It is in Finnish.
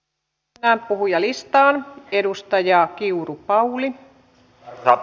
hä puhujalistaan edustaja kiuru pauli aika